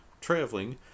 traveling